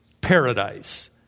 paradise